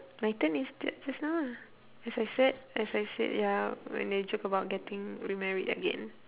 my turn is that just now ah as I said as I said ya when they joke about getting remarried again